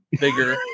bigger